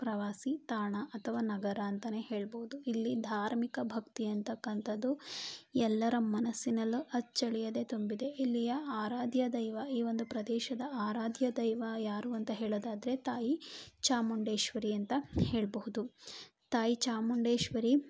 ಪ್ರವಾಸಿ ತಾಣ ಅತವಾ ನಗರ ಅಂತಲೇ ಹೇಳ್ಬೋದು ಇಲ್ಲಿ ಧಾರ್ಮಿಕ ಭಕ್ತಿ ಅಂತಕ್ಕಂಥದ್ದು ಎಲ್ಲರ ಮನಸ್ಸಿನಲ್ಲು ಅಚ್ಚಳಿಯದೆ ತುಂಬಿದೆ ಇಲ್ಲಿಯ ಆರಾಧ್ಯ ದೈವ ಈ ಒಂದು ಪ್ರದೇಶದ ಆರಾಧ್ಯ ದೈವ ಯಾರು ಅಂತ ಹೇಳೋದಾದರೆ ತಾಯಿ ಚಾಮುಂಡೇಶ್ವರಿ ಅಂತ ಹೇಳಬಹುದು ತಾಯಿ ಚಾಮುಂಡೇಶ್ವರಿ